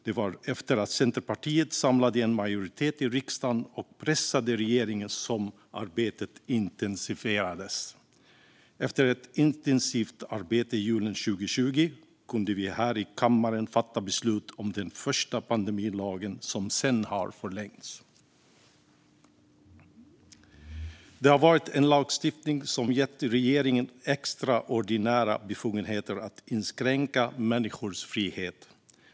Det var efter att Centerpartiet samlade en majoritet i riksdagen och pressade regeringen som arbetet intensifierades. Efter ett intensivt arbete julen 2020 kunde vi här i kammaren fatta beslut om den första pandemilagen som sedan har förlängts. Denna lagstiftning har gett regeringen extraordinära befogenheter att inskränka människors frihet.